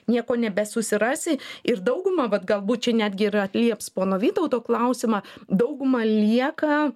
nieko nebesusirasi ir dauguma vat galbūt čia netgi ir atlieps pono vytauto klausimą dauguma lieka